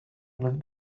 left